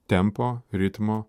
tempo ritmo